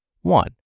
One